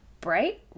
bright